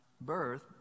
birth